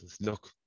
look